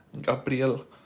Gabriel